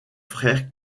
frère